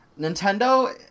Nintendo